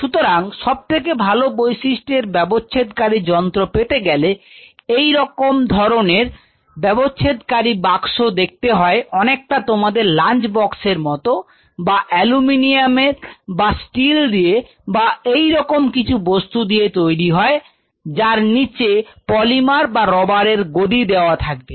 সুতরাং সব থেকে ভালো বৈশিষ্ট্যের ব্যবচ্ছেদ কারী যন্ত্র পেতে গেলে এইরকম ধরনের ব্যবচ্ছেদ কারী বাক্স দেখতে হয় অনেকটা তোমাদের লাঞ্চ বাক্সের মতো যা অ্যালুমিনিয়ামের বা স্টিল দিয়ে বা এইরকম কিছু বস্তু দিয়ে তৈরি হয় যার নিচে পলিমার বা রবারের গদি দেওয়া থাকবে